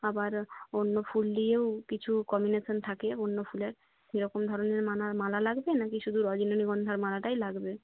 আবার অন্য ফুল দিয়েও কিছু কম্বিনেশন থাকে অন্য ফুলের যেরকম ধরনের মালা লাগবে নাকি শুধু রজনীগন্ধার মালাটাই লাগবে